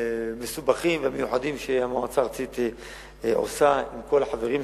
והמסובכים והמיוחדים שהמועצה הארצית עושה עם כל החברים בה,